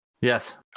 Yes